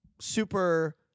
super